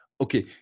Okay